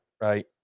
right